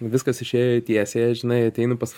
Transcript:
viskas išėjo į tiesiąją žinai ateini pas